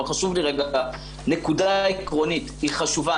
חשוב לי נקודה עקרונית שהיא חשובה.